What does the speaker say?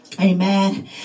Amen